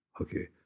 Okay